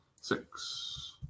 Six